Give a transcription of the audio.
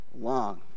long